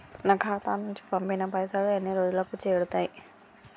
నా ఖాతా నుంచి పంపిన పైసలు ఎన్ని రోజులకు చేరుతయ్?